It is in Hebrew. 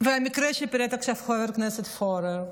המקרה שפירט עכשיו חבר הכנסת פורר,